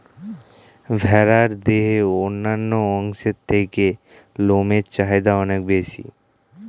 ভেড়ার দেহের অন্যান্য অংশের থেকে লোমের চাহিদা অনেক বেশি